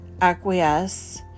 acquiesce